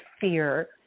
fear